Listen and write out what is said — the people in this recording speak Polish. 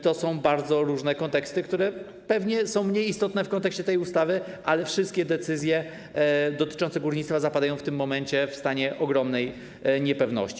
To są bardzo różne konteksty, które pewnie są mniej istotne w odniesieniu do tej ustawy, ale wszystkie decyzje dotyczące górnictwa zapadają w tym momencie w stanie ogromnej niepewności.